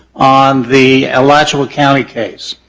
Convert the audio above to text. on the alachua county case.